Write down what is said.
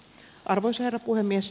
arvoisa herra puhemies